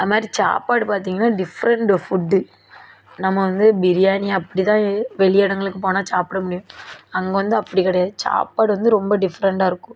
அதுமாதிரி சாப்பாடு பார்த்திங்கனா டிஃப்ரெண்டு ஃபுட் நம்ம வந்து பிரியாணி அப்படிதான் வெளி இடங்களுக்குப் போனால் சாப்பிட முடியும் அங்கே வந்து அப்படி கிடையாது சாப்பாடு வந்து ரொம்ப டிஃப்ரெண்டாக இருக்கும்